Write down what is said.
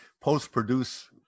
post-produce